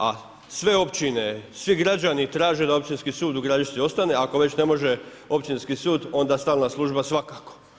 A sve općine, svi građani traže da Općinski sud u Gradišci ostane, ako već ne može općinski sud onda stalna služba svakako.